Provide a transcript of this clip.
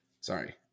Sorry